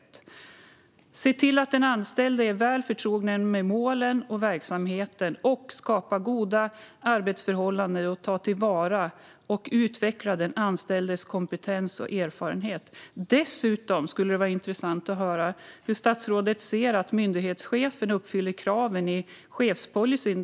Det står också i förordningen att myndigheten ska se till att de anställda är väl förtrogna med målen för verksamheten och skapa goda arbetsförhållanden och ta till vara och utveckla de anställdas kompetens och erfarenhet. Dessutom skulle det vara intressant att få höra hur statsrådet ser att myndighetschefen uppfyller kraven i chefspolicyn.